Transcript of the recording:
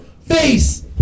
face